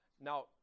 now